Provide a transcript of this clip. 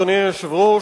אדוני היושב-ראש,